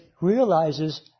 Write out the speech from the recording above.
realizes